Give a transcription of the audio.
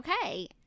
Okay